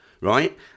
right